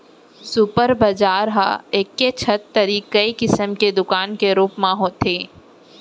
super बजार ह एके छत तरी कई किसम के दुकान के रूप म होथे